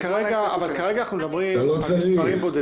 כרגע אנחנו מדברים על מספרים בודדים.